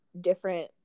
different